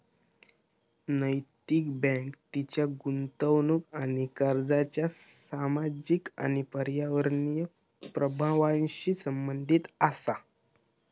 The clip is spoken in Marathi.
नैतिक बँक तिच्या गुंतवणूक आणि कर्जाच्या सामाजिक आणि पर्यावरणीय प्रभावांशी संबंधित असा